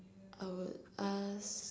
I would ask